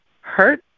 hurt